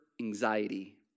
anxiety